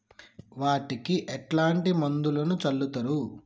వాటికి ఎట్లాంటి మందులను చల్లుతరు?